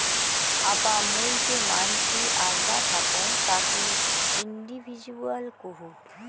আপা মুই যে মানসি আল্দা থাকং তাকি ইন্ডিভিজুয়াল কুহ